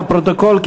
לפרוטוקול,